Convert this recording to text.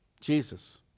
Jesus